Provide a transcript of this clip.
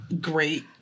great